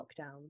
lockdowns